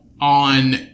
on